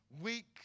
weak